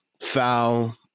foul